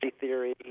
theory